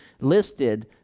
listed